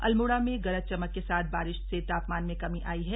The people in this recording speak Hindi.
अल्मोड़ा में गरज चमक के साथ बारिश से तापमान में कमी थ यी है